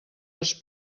els